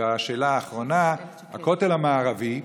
השאלה האחרונה: הכותל המערבי סגור.